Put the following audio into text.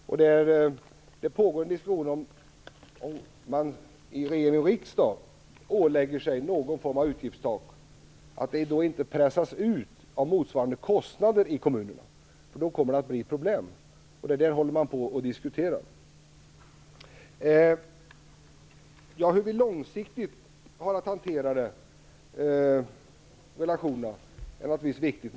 Om man i regering och riksdag ålägger sig någon form av utgiftstak får inte det pressas ut av motsvarande kostnader i kommunerna, för då kommer det att bli problem. Detta håller man nu på och diskuterar. Hur vi långsiktigt hanterar relationerna är naturligtvis viktigt.